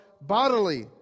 bodily